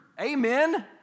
Amen